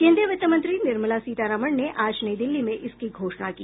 केन्द्रीय वित्त मंत्री निर्मला सीतारमण ने आज नई दिल्ली में इसकी घोषणा की